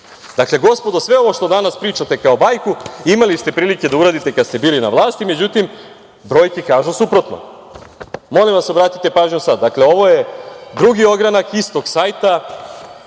evra. Dakle, gospodo, sve ovo što danas pričate kao bajku, imali ste prilike da uradite kad ste bili na vlasti, međutim, brojke kažu suprotno. Molim vas obratite pažnju sad. Dakle, ovo je drugi ogranak istog sajta,